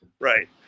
Right